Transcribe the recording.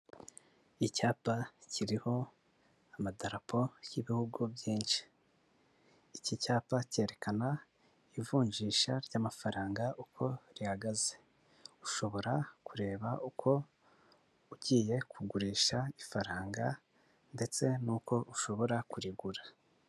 Icyapa kiriho amadarapo y'Ibihugu byinshi, iki cyapa cyerekana ivunjisha ry'amafaranga uko rihagaze, ushobora kureba uko ugiye kugurisha ifaranga ndetse n'uko ushobora kurigura.